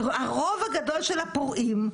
הרוב הגדול של הפורעים,